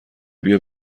بیا